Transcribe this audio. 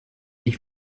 ich